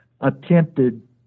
attempted